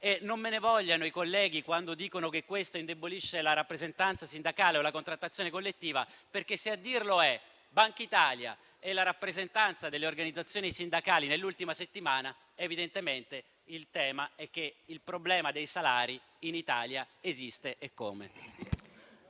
Non me ne vogliano i colleghi quando dicono che questo indebolisce la rappresentanza sindacale o la contrattazione collettiva, perché se a dirlo sono state la Banca d'Italia e la rappresentanza delle organizzazioni sindacali nell'ultima settimana, evidentemente il tema è che il problema dei salari in Italia esiste, eccome.